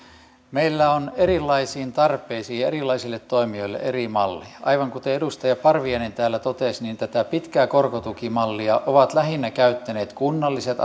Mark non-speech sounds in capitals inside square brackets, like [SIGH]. meillä on erilaisiin tarpeisiin ja erilaisille toimijoille eri malleja aivan kuten edustaja parviainen täällä totesi tätä pitkää korkotukimallia ovat lähinnä käyttäneet kunnalliset [UNINTELLIGIBLE]